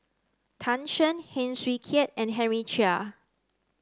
Tan Shen Heng Swee Keat and Henry Chia